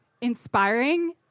inspiring